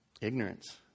Ignorance